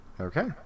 Okay